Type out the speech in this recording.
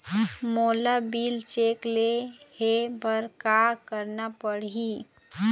मोला bill check ले हे बर का करना पड़ही ही?